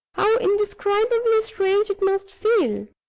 how indescribably strange it must feel!